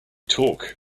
talk